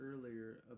earlier